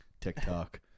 TikTok